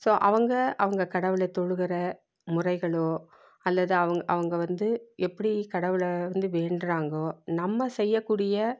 so அவங்க அவங்க கடவுளை தொழுகிற முறைகளோ அல்லது அவங்க அவங்க வந்து எப்படி கடவுளை வந்து வேண்டுறாங்கோ நம்ம செய்யக்கூடிய